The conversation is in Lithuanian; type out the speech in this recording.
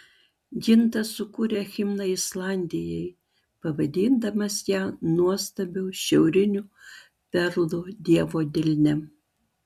gintas sukūrė himną islandijai pavadindamas ją nuostabiu šiauriniu perlu dievo delne